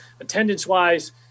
Attendance-wise